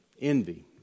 Envy